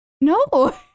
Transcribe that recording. No